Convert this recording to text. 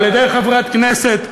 על-ידי חברת כנסת,